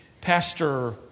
pastor